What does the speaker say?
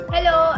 Hello